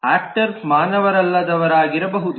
ಯಾಕ್ಟರ್ರು ಮಾನವರಲ್ಲದವರಾಗಿರಬಹುದು